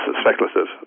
speculative